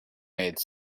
made